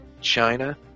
China